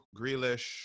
Grealish